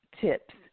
tips